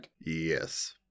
Yes